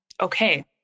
Okay